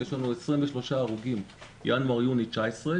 יש לנו 23 הרוגים בינואר-יוני 19',